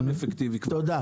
תודה.